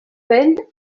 vell